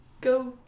go